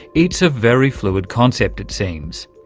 it's a very fluid concept, it seems.